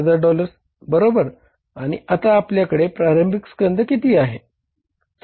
अखेर स्कंध किती आहे